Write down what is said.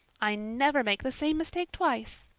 i never make the same mistake twice.